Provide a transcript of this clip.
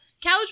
couch